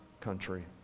country